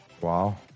wow